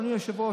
אדוני היושב-ראש,